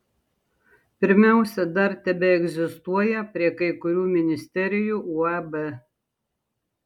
pirmiausia dar tebeegzistuoja prie kai kurių ministerijų uab